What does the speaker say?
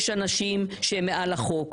יש אנשים שהם מעל החוק.